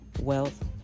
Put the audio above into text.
wealth